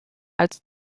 als